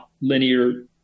linear